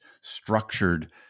structured